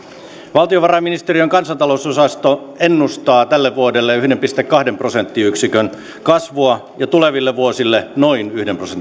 valtiovarainministeriön kansantalousosasto ennustaa tälle vuodelle yhden pilkku kahden prosenttiyksikön kasvua ja tuleville vuosille noin yhden prosentin kasvua